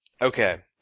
Okay